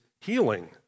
healing